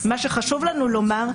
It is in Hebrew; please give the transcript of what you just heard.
מה שחשוב לנו לומר,